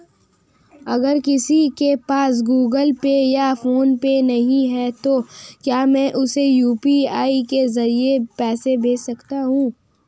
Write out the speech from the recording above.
अगर किसी के पास गूगल पे या फोनपे नहीं है तो क्या मैं उसे यू.पी.आई के ज़रिए पैसे भेज सकता हूं?